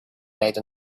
made